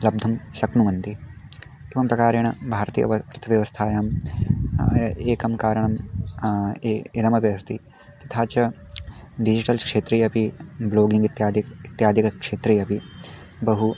लब्धुं शक्नुवन्ति एवं प्रकारेण भारतीय अर्थव्यवस्थायां ए एकं कारणं ई इदमपि अस्ति तथा च डिजिटल् क्षेत्रे अपि ब्लोगिङ्ग् इत्यादिकम् इत्यादिकक्षेत्रे अपि बहु